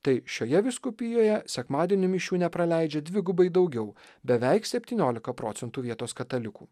tai šioje vyskupijoje sekmadienio mišių nepraleidžia dvigubai daugiau beveik septyniolika procentų vietos katalikų